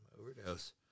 overdose